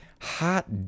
Hot